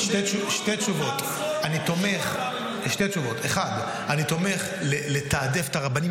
שתי תשובות: 1. אני תומך לתעדף את הרבנים